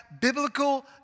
biblical